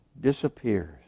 disappears